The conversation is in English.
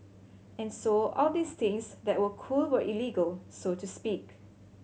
and so all these things that were cool were illegal so to speak